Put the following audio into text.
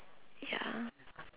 ya